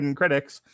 critics